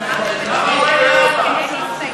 גם 44,